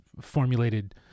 formulated